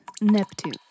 Neptune